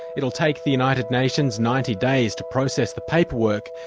it will take the united nations ninety days to process the paperwork,